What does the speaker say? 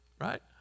right